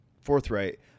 forthright